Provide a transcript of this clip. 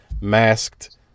masked